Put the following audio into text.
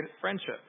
friendship